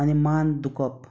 आनी मान दुखप